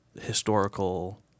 historical